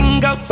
go